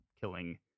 killing